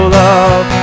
love